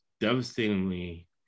devastatingly